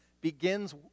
begins